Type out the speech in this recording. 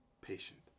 patient